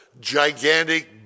gigantic